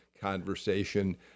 conversation